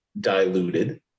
diluted